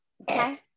Okay